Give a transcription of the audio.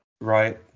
Right